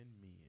men